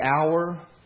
hour